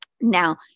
Now